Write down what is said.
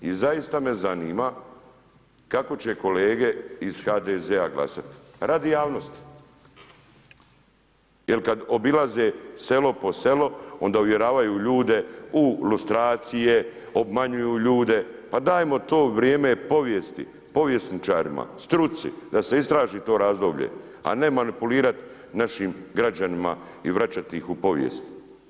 I zaista me zanima kako će kolege iz HDZ-a glasati radi javnosti jel kada obilaze selo po selo onda uvjeravaju ljude u lustracije, obmanjuju ljude. pa dajmo to vrijeme povijesti, povjesničarima, struci da se istraži to razdoblje, a ne manipulirati našim građanima i vraćati ih u povijest.